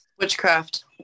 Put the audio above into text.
Witchcraft